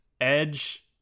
Edge